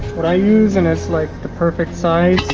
what i use and it's like the perfect size